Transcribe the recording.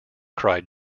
cried